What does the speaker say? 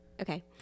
Okay